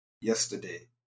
yesterday